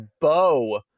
bow